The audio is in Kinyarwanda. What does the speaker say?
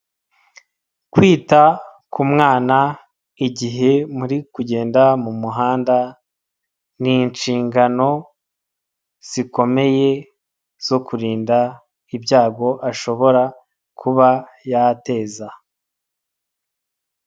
Kwita ku mwana igihe muri kugenda mu muhanda, ni inshingano zikomeye zo kurinda ibyago ashobora kuba yateza.